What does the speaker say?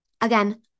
Again